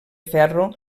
ferro